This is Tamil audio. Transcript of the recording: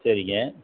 சரிங்க